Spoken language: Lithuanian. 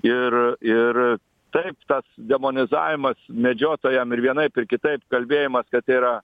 ir ir taip tas demonizavimas medžiotojam ir vienaip ir kitaip kalbėjimas kad tai yra